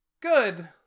good